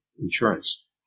insurance